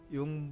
Yung